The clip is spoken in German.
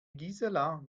gisela